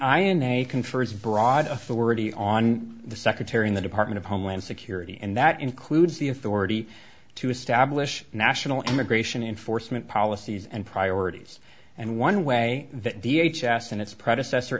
conference broad authority on the secretary in the department of homeland security and that includes the authority to establish national immigration enforcement policies and priorities and one way that the h s and its predecessor